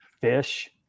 fish